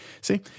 See